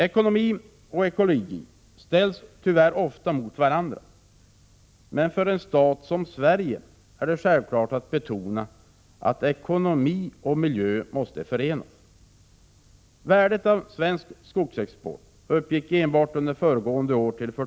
Ekonomi och ekologi ställs tyvärr ofta mot varandra, men för en stat som Sverige är det självklart att betona att ekonomi och miljö måste förenas. miljarder kronor.